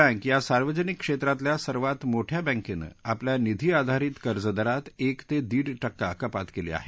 भारतीय state bank या सार्वजनिक क्षेत्रातलया सर्वात मोठ्या बँकेनं आपल्या निधी आधारित कर्ज दरात एक ते दीड टक्का कपात केली आहे